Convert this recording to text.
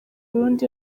burundi